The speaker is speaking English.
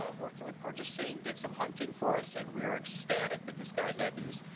ah working with purchasing, did some hunting for us and we're ecstatic that this guy had these